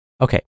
Okay